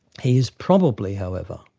he's probably however,